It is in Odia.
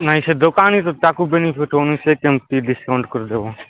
ନାଇଁ ସେ ଦୋକାନୀ ତ ତାକୁ ବେନିଫିଟ୍ ହେଉନି ସେ କେମିତି ଡିସ୍କାଉଣ୍ଟ୍ କରିଦେବ